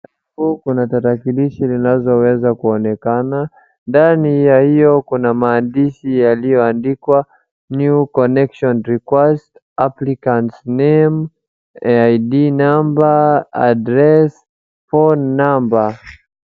Huku kuna tarakilishi zinzoweza kuonekana, ndani ya hiyo kuna maandishi yaliyoandikwa new connection requires applicant's name, ID number, address, phone number